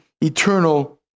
eternal